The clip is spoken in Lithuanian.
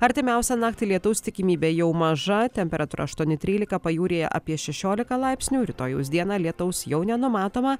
artimiausią naktį lietaus tikimybė jau maža temperatūra aštuoni trylika pajūryje apie šešiolika laipsnių rytojaus dieną lietaus jau nenumatoma